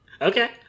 Okay